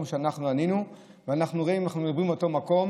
שאנחנו ענינו עליו ואנחנו נראה אם אנחנו מדברים על אותו מקום